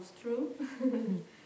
true